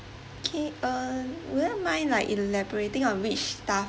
okay uh would you mind like elaborating on which staff